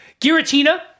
Giratina